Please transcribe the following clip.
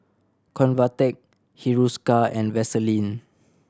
Convatec Hiruscar and Vaselin